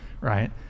right